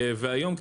והיום,